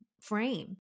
frame